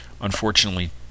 Unfortunately